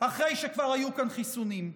אחרי שכבר היו כאן חיסונים.